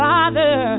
Father